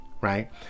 right